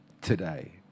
today